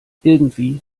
irgendwie